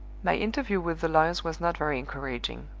my interview with the lawyers was not very encouraging.